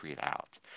out